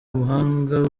ubuhanga